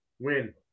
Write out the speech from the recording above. win